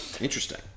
Interesting